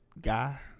guy